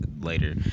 later